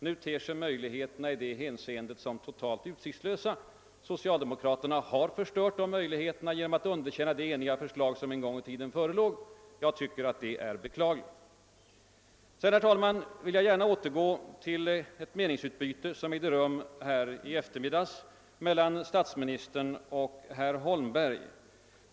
Nu ter sig möjligheterna i detta hänseende som totalt obefintliga. Socialdemokraterna har förstört dem genom att underkänna det enhälliga förslag som en gång i tiden förelåg. Jag tycker att det är beklagligt. Herr talman! Jag vill härefter återgå till ett meningsutbyte som ägde rum i förmiddags mellan statsministern och herr Holmberg.